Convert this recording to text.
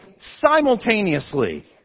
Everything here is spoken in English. simultaneously